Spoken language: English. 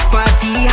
Party